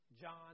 John